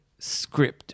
script